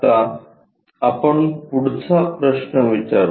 आता आपण पुढचा प्रश्न विचारू